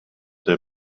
der